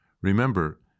Remember